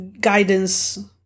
guidance